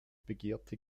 begehrte